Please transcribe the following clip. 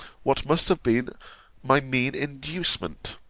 what must have been my mean inducement.